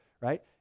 right